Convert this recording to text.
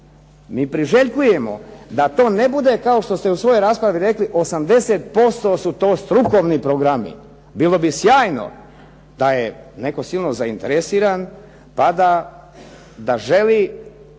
Mi priželjkujemo da to ne bude kao što ste u svojoj raspravi rekli 80% su to strukovni programi. Bilo bi sjajno da je netko silno zainteresiran pa da želi